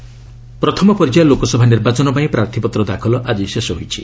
nomination ପ୍ରଥମ ପର୍ଯ୍ୟାୟ ଲୋକସଭା ନିର୍ବାଚନ ପାଇଁ ପ୍ରାର୍ଥୀପତ୍ର ଦାଖଲ ଆଜି ଶେଷ ହୋଇଛି